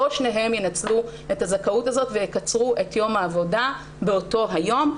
לא שניהם ינצלו את הזכאות הזאת ויקצרו את יום העבודה באותו היום.